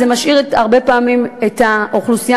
זה משאיר הרבה פעמים את האוכלוסייה